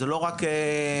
זה לא רק בפזורה.